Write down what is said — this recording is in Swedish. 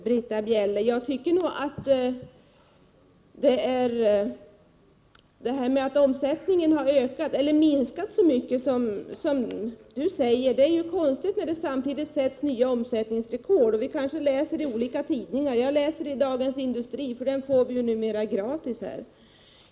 Herr talman! Jag tycker att det är konstigt att omsättningen har minskat så mycket som Brita Bjelle säger, när det samtidigt sätts nya omsättningsrekord. Vi kanske läser olika tidningar. Jag läser detta i Dagens Industri, för den får vi ju numera gratis.